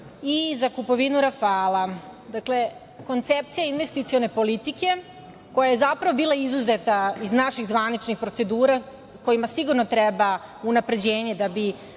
i za kupovinu „Rafala“. Koncepcija investicione politike koja je zapravo bila izuzeta iz naših zvaničnih procedura, kojima sigurno treba unapređenje da bi